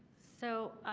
so,